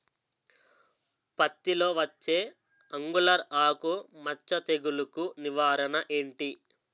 పత్తి లో వచ్చే ఆంగులర్ ఆకు మచ్చ తెగులు కు నివారణ ఎంటి?